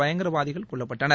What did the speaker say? பயங்கரவாதிகள் கொல்லப்பட்டனர்